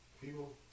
people